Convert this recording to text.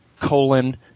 colon